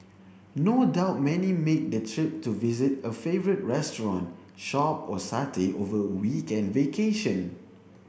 no doubt many make the trip to visit a favourite restaurant shop or satay over a weekend vacation